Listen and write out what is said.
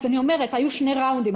אני אומרת שהיו שני סיבובים.